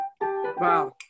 wow